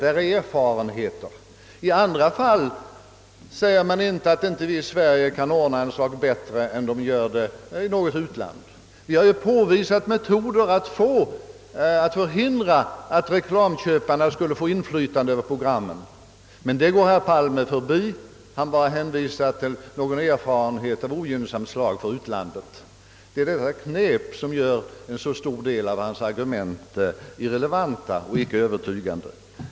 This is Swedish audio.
De har erfarenheter.» Men i andra fall gör man inte gällande att vi i Sverige inte kan ordna en sak bättre än ett eller annat främmande land. Vi har från folkpartiets sida pekat på metoder att förhindra att reklamköparna skulle få inflytande över programmen, men det går herr Palme förbi. Han bara hänvisar till någon erfarenhet av ogynnsamt slag från ett land med en annan ordning. Detta är knep som gör en stor del av herr Palmes argument irrelevanta och icke övertygande.